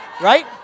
right